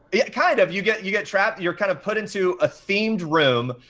yeah kind of, you get you get trapped, you're kind of put into a themed room,